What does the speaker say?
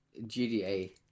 GDA